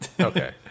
Okay